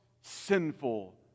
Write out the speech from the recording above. sinful